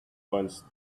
once